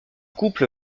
couple